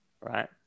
right